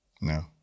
No